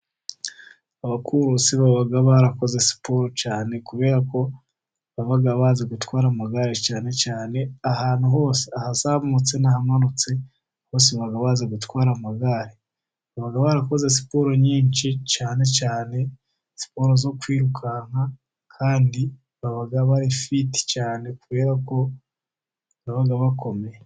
Abakurasi baba barakoze siporo cyane, kubera ko baba bazi gutwara amagare, cyane cyane ahantu hose ahazamutse, ahamanutse, bose baba bazi gutwara amagare, baba barakoze siporo nyinshi, cyane cyane siporo zo kwirukanka kandi baba bari fiti cyane, kureba ko baba bakomeye.